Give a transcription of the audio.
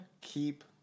Keep